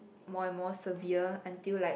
more more severe until like